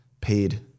paid